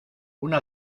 una